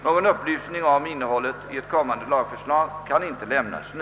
Någon upplysning om innehållet i ett kommande lagförslag kan inte lämnas nu.